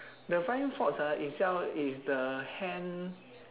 the flying fox ah itself is the hand